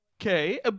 okay